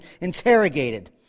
interrogated